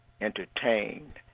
entertained